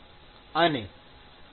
આ અર્થમાં આ થોડી અલગ સમસ્યા છે